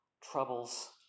troubles